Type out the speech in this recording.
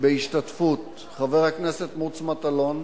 בהשתתפות חבר הכנסת מוץ מטלון,